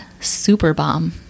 Superbomb